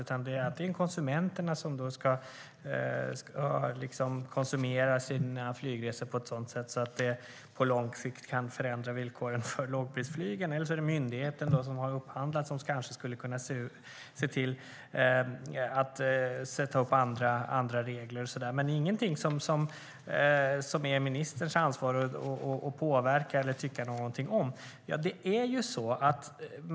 Antingen är det konsumenterna som ska konsumera sina flygresor på ett sådant sätt att det på lång sikt kan förändra villkoren för lågprisflygen eller så är det den myndighet som upphandlar som kanske skulle kunna se till att sätta upp andra regler. Men ministern har tydligen inget ansvar för att påverka eller tycka någonting.